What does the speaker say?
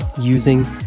using